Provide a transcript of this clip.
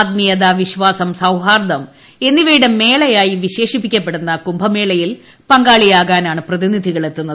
ആത്മീയത വിശ്വാസം സൌഹാർദ്ദം എന്നിവയുടെ മേളയായി വിശേഷിക്കപ്പെടുന്ന കുംഭമേളയിൽ പങ്കാളിയാകാനാണ് പ്രതിനിധികൾ ്എത്തുന്നത്